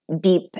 deep